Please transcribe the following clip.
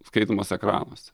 skaitomas ekranuose